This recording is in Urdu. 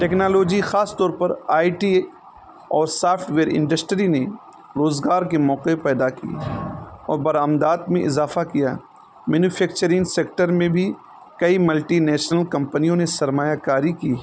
ٹیکنالوجی خاص طور پر آئی ٹی اور سافٹویئر انڈسٹری نے روزگار کے موقعے پیدا کی اور برآمدات میں اضافہ کیا مینوفیکچرنگ سیکٹر میں بھی کئی ملٹی نیشنل کمپنیوں نے سرمایہ کاری کی